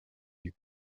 you